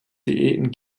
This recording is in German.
diäten